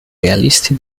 realisti